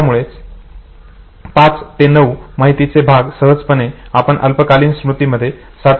यामुळे पाच ते नऊ माहितीचे भाग सहजपणे आपण अल्पकालीन स्मृतीमध्ये साठवून ठेवू शकतो